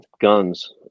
guns